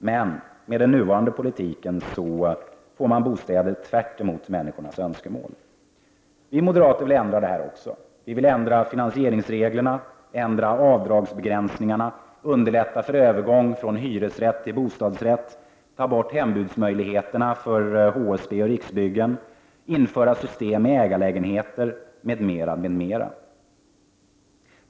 Men med den nuvarande politiken producerar man bostäder tvärtemot människors önskemål. Vi moderater vill ändra på det också. Vi vill ändra finansieringsreglerna, ändra avdragsbegränsningarna, underlätta för övergång från hyresrätt till bostadsrätt, ta bort hembudsmöjligheterna för HSB och Riksbyggen, vi vill införa system för ägarlägenheter m.m.